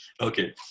Okay